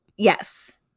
Yes